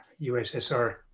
USSR